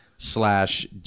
Slash